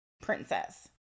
princess